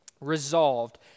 resolved